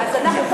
אז אנחנו,